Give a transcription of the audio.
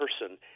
person